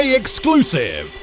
exclusive